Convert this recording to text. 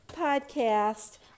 podcast